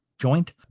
joint